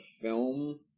film